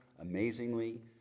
amazingly